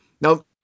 Now